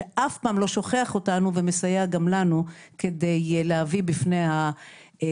שאף פעם לא שוכח אותנו ומסייע גם לנו להביא בפני החברים